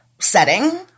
setting